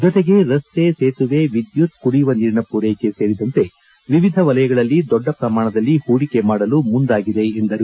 ಜೊತೆಗೆ ರಸ್ತೆ ಸೇತುವೆ ವಿದ್ಯುತ್ ಕುಡಿಯುವ ನೀರಿನ ಪೂರೈಕೆ ಸೇರಿದಂತೆ ವಿವಿಧ ವಲಯಗಳಲ್ಲಿ ದೊಡ್ಡ ಪ್ರಮಾಣದಲ್ಲಿ ಪೂಡಿಕೆ ಮಾಡಲು ಮುಂದಾಗಿದೆ ಎಂದರು